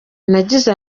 nagize